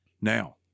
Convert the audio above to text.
Now